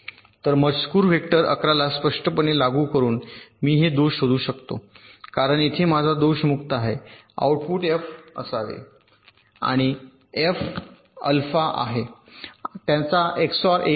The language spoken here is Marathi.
तर मजकूर वेक्टर 1 1 ला स्पष्टपणे लागू करून मी हे दोष शोधू शकतो कारण येथे माझा दोष मुक्त आहे आउटपुट एफ 1 असावे आणि एफ अल्फा 0 आहे त्यांचा एक्सओआर 1 आहे